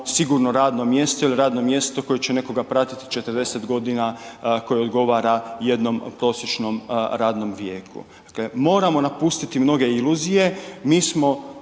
sigurno radno mjesto ili radno mjesto koje će nekoga pratiti 40 godina koje odgovara jednom prosječnom radnom vijeku. Dakle, moramo napustiti mnoge iluzije, mi smo